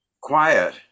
quiet